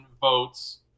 votes